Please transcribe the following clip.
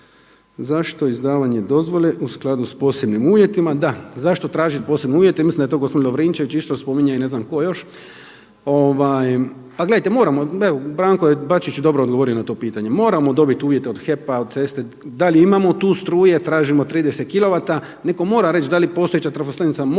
Zašto izdavanje dozvole u skladu s posebnim uvjetima? Da, zašto tražiti posebne uvjete? Mislim da je to gospodin Lovrinčević isto spominjao i ne znam tko još. Pa gledajte, moramo, evo Branko je Bačić dobro odgovorio na pitanje. Moramo dobiti uvjete od HEP-a, od ceste da li imamo tu struje, tražimo 30 kilovata, netko mora reći da li postojeća trafo stanica može